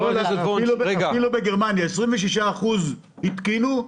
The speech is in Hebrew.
אפילו בגרמניה רק 26% התקינו,